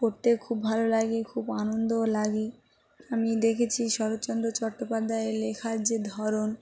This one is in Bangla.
খুব ভালো লাগে খুব আনন্দও লাগে আমি দেখেছি শরৎচন্দ্র চট্টোপাধ্যায়ের লেখার যে ধরন